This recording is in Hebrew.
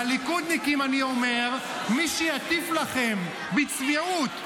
לליכודניקים אני אומר: מי שיטיף לכם בצביעות,